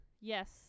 yes